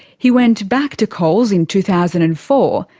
he went back to coles in two thousand and four,